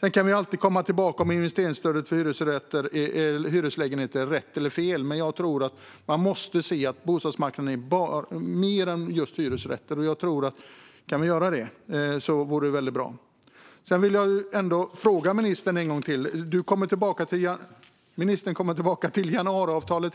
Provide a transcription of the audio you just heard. Vi kan alltid komma tillbaka till om investeringsstödet till hyreslägenheter är rätt eller fel, men jag tror att man måste se att bostadsmarknaden är mer än just hyresrätter. Kan vi göra det tror jag att det vore väldigt bra. Ministern kommer hela tiden tillbaka till januariavtalet.